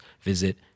visit